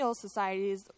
societies